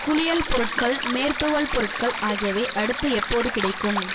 குளியல் பொருட்கள் மேற்தூவல் பொருட்கள் ஆகியவை அடுத்து எப்போது கிடைக்கும்